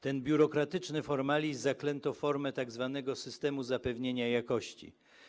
Ten biurokratyczny formalizm zaklęto w formę tzw. systemu zapewnienia jakości.